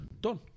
Done